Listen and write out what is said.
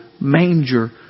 manger